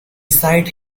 site